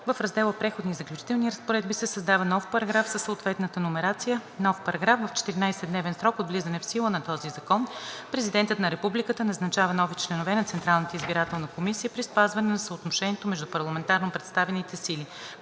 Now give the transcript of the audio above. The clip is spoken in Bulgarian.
В раздела „Преходни и заключителни разпоредби“ се създава нов параграф със съответната номерация: Нов §: В 14-дневен срок от влизането в сила на този закон президентът на републиката назначава нови членове на Централната избирателна комисия при спазване на съотношението между парламентарно представените сили.